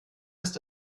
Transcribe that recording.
ist